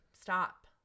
stop